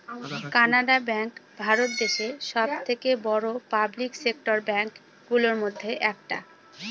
Canara bank ভারত দেশে সব থেকে বড়ো পাবলিক সেক্টর ব্যাঙ্ক গুলোর মধ্যে একটা